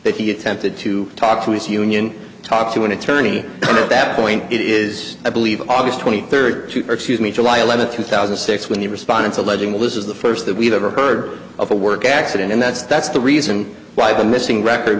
that he attempted to talk to his union talk to an attorney at that point it is i believe august twenty third to excuse me july eleventh two thousand and six when the response alleging willis is the first that we've ever heard of a work accident and that's that's the reason why the missing record